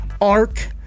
Ark